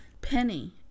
penny